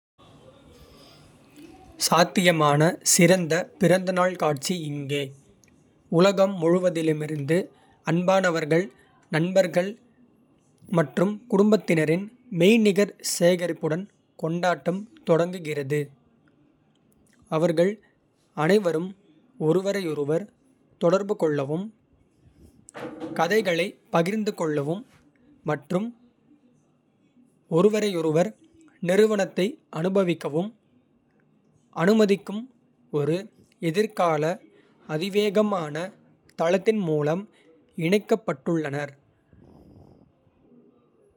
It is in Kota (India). சாத்தியமான சிறந்த பிறந்தநாள் காட்சி இங்கே. உலகம் முழுவதிலுமிருந்து அன்பானவர்கள். நண்பர்கள் மற்றும் குடும்பத்தினரின் மெய்நிகர். சேகரிப்புடன் கொண்டாட்டம் தொடங்குகிறது. அவர்கள் அனைவரும் ஒருவரையொருவர். தொடர்புகொள்ளவும் கதைகளைப் பகிர்ந்து கொள்ளவும். மற்றும் ஒருவரையொருவர் நிறுவனத்தை அனுபவிக்கவும். அனுமதிக்கும் ஒரு எதிர்கால அதிவேகமான தளத்தின். மூலம் இணைக்கப்பட்டுள்ளனர்.